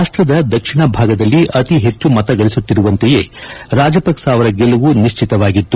ರಾಷ್ಟ್ರದ ದಕ್ಷಿಣ ಭಾಗದಲ್ಲಿ ಅತಿ ಹೆಚ್ಚು ಮತ ಗಳಿಸುತ್ತಿರುವಂತೆಯೇ ರಾಜಪಕ್ಷ ಅವರ ಗೆಲುವು ನಿಶ್ಚಿತವಾಗಿತ್ತು